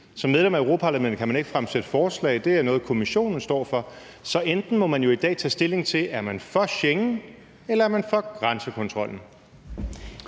som medlem af Europa-Parlamentet kan man ikke fremsætte forslag; det er noget, Kommissionen står for. Så man må jo i dag tage stilling til, om man enten er for Schengen eller for grænsekontrollen.